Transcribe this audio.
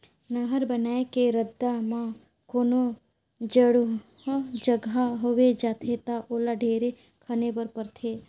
नहर बनाए के रद्दा म कोनो चड़हउ जघा होवे जाथे ता ओला ढेरे खने पर परथे